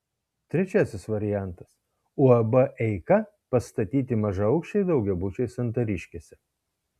trečiasis variantas uab eika pastatyti mažaaukščiai daugiabučiai santariškėse